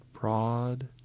broad